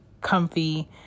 comfy